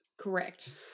Correct